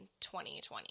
2020